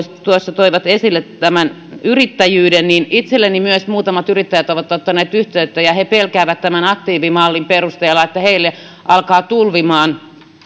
tuossa toivat esille tämän yrittäjyyden niin myös minuun muutamat yrittäjät ovat ottaneet yhteyttä ja he pelkäävät tämän aktiivimallin perusteella että heille alkaa tulvimaan